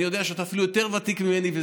אני יודע שאתה אפילו ותיק יותר ממני,